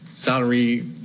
salary